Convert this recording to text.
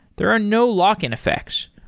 there are no lock-in effects.